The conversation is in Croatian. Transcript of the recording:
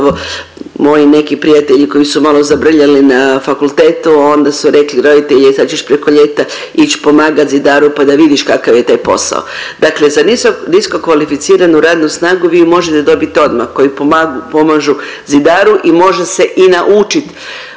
moji neki prijatelji koji su malo zabrljali na fakultetu onda su rekli roditelji e sad ćeš preko ljeta ići pomagati zidaru pa da vidiš kakav je taj posao. Dakle, za niskokvalificiranu radnu snagu vi ju možete dobiti odmah koji pomagu… pomažu zidaru i može se i naučit